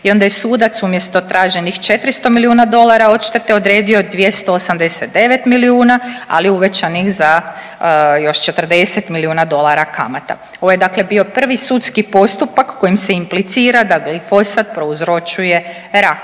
I onda je sudac umjesto traženih 400 miliona dolara odštete odredio 289 milijuna ali uvećanih još za 40 milijuna dolara kamata. Ovo je dakle bio prvi sudski postupak kojim se implicira da glifosat prouzročuje rak.